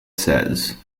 says